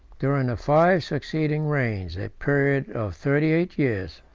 during the five succeeding reigns, a period of thirty-eight years,